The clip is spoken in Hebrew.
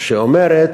שאומרת